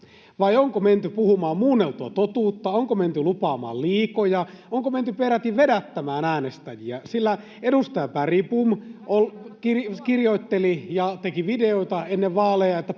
Vai onko menty puhumaan muunneltua totuutta, onko menty lupaamaan liikoja, onko menty peräti vedättämään äänestäjiä, [Miko Bergbom: Miten?] sillä edustaja Bergbom kirjoitteli ja teki videoita ennen vaaleja siitä,